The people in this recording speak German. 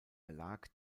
erlag